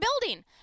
building